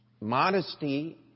modesty